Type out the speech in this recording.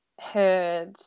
heard